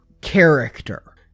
character